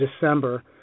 December